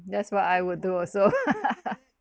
that's what I would do also